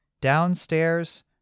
Downstairs